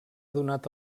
donat